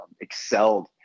excelled